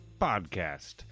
podcast